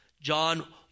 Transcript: john